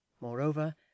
Moreover